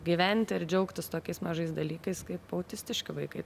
gyventi ir džiaugtis tokiais mažais dalykais kaip autistiški vaikai